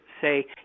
say